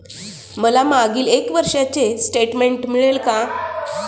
मला मागील एक वर्षाचे स्टेटमेंट मिळेल का?